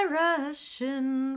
rushing